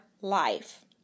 life